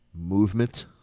movement